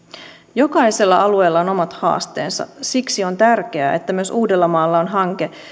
jokaisella alueella on omat haasteensa siksi on tärkeää että myös uudellamaalla on hanke